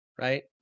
right